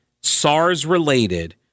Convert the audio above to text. SARS-related